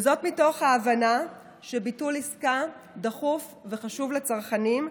וזאת מתוך ההבנה שביטול עסקה דחוף וחשוב לצרכנים,